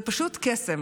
זה פשוט קסם.